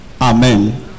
Amen